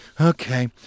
Okay